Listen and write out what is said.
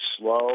slow